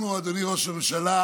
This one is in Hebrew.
אנחנו, אדוני ראש הממשלה,